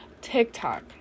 TikTok